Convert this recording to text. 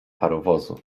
parowozu